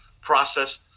process